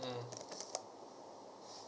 mm